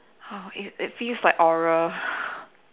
oh it it feels like oral